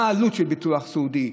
מה העלות של ביטוח סיעודי,